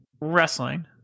wrestling